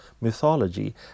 mythology